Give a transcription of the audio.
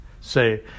say